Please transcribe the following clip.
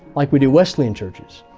like we do wesleyan churches.